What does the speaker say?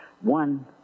one